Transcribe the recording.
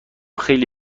خیلی